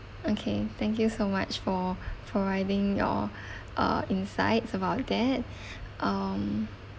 okay thank you so much for providing your uh insights about that um